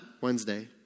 Wednesday